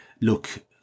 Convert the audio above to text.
look